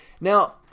Now